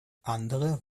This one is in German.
andere